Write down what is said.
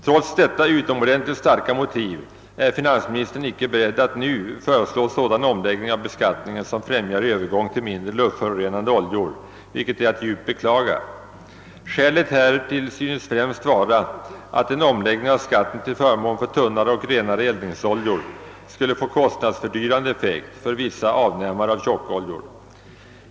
Trots detta utomordentligt starka motiv är finansministern icke beredd att nu föreslå sådan omläggning av beskattningen som främjar övergång till mindre luftförorenande oljor, vilket är att djupt beklaga. Skälet härtill synes främst vara att en omläggning av skat ten till förmån för tunnare och renare eldningsoljor skulle få kostnadsfördyrande effekt för vissa avnämare av tjockoljor.